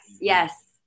yes